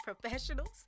professionals